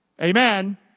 Amen